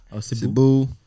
Cebu